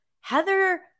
Heather